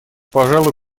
пожалуй